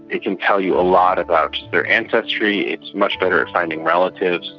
it can tell you a lot about their ancestry, it's much better at finding relatives,